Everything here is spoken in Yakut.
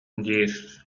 диир